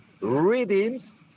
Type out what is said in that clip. readings